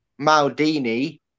Maldini